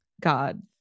God